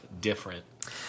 different